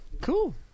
Cool